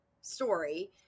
story